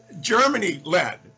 Germany-led